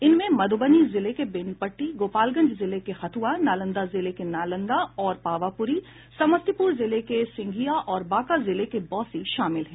इनमें मधुबनी जिले के बेनीपट्टी गोपालगंज जिले के हथुआ नालंदा जिले के नालंदा और पावापुरी समस्तीपुर जिले सिंघिया और बांका जिले के बौंसी शामिल हैं